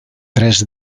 tres